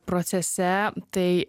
procese tai